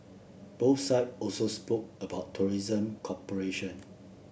both side also spoke about tourism cooperation